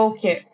Okay